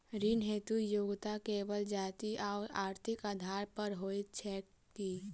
ऋण हेतु योग्यता केवल जाति आओर आर्थिक आधार पर होइत छैक की?